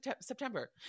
september